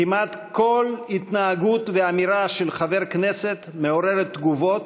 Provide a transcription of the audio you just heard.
כמעט כל התנהגות ואמירה של חבר כנסת מעוררת תגובות,